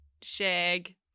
shag